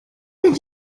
did